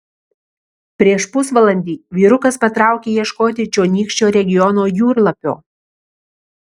prieš pusvalandį vyrukas patraukė ieškoti čionykščio regiono jūrlapio